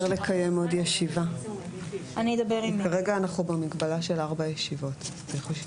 אנחנו נזמן